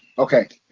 okay.